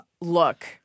Look